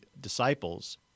disciples